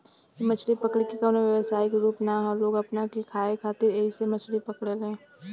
इ मछली पकड़े के कवनो व्यवसायिक रूप ना ह लोग अपना के खाए खातिर ऐइसे मछली पकड़े ले